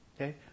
Okay